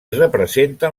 representen